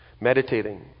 meditating